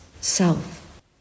self